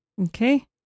Okay